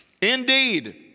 Indeed